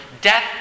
Death